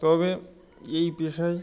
তবে এই পেশায়